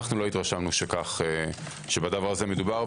אנו לא התרשמנו שבזה מדובר,